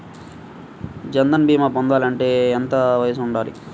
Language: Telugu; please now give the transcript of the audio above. జన్ధన్ భీమా పొందాలి అంటే ఎంత వయసు ఉండాలి?